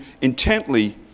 intently